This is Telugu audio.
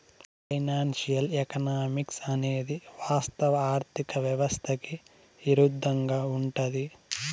ఫైనాన్సియల్ ఎకనామిక్స్ అనేది వాస్తవ ఆర్థిక వ్యవస్థకి ఇరుద్దంగా ఉంటది